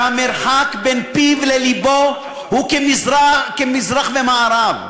שהמרחק בין פיו ללבו הוא כרחוק מזרח ומערב,